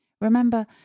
Remember